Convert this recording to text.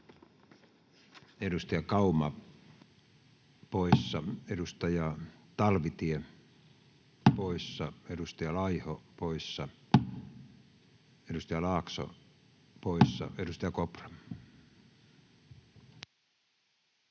Edustaja Kauma poissa, edustaja Talvitie poissa, edustaja Laiho poissa, edustaja Laakso poissa. — Edustaja Kopra.